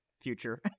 future